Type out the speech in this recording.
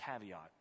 caveat